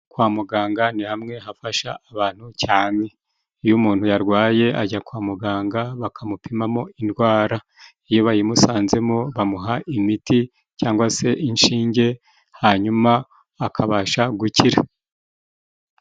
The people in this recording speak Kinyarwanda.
Kwa muganga ni hamwe hafasha abantu cyane, iyo umuntu yarwaye ajya kwa muganga bakamupimamo indwara, iyo bayimusanzemo bamuha imiti cyangwa se inshinge hanyuma akabasha gukira.